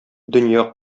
дөнья